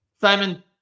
Simon